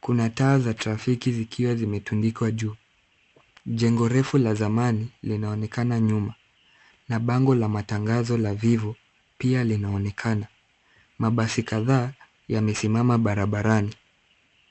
Kuna taa za trafiki zikiwa zimetundikwa juu. Jengo refu la zamani linaonekana nyuma na bango la matangazo la vivo pia linaonekana. Mabasi kadhaa yamesimama barabarani.